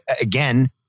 again